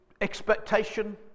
expectation